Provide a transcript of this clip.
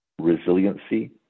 resiliency